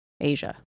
Asia